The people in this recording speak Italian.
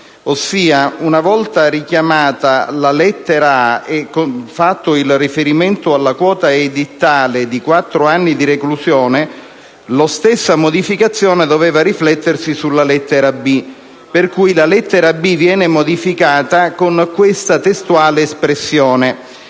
Una volta richiamata la lettera *a)* e fatto il riferimento alla quota edittale di quattro anni di reclusione, la stessa modificazione doveva riflettersi sulla lettera *b)*. Per cui la lettera *b)* viene modificata nel modo seguente: «nei